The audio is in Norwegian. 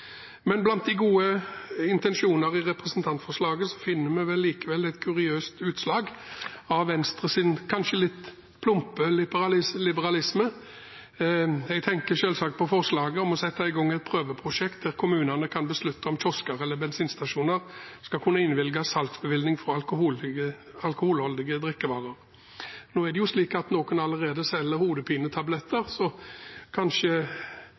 Men blant de gode intensjoner i representantforslaget finner vi likevel et kuriøst utslag av Venstres kanskje litt plumpe liberalisme. Jeg tenker selvsagt på forslaget om å sette i gang et prøveprosjekt der kommunene kan beslutte om kiosker eller bensinstasjoner skal kunne innvilges salgsbevilling for alkoholdige drikkevarer. Nå er det jo slik at noen allerede selger hodepinetabletter,